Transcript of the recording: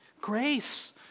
Grace